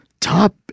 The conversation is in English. top